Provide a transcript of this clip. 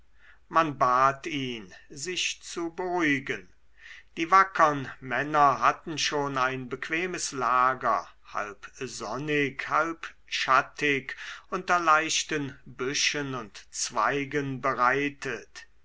man bat ihn sich zu beruhigen die wackern männer hatten schon ein bequemes lager halb sonnig halb schattig unter leichten büschen und zweigen bereitet